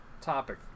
Topic